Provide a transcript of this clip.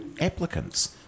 applicants